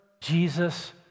Jesus